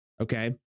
Okay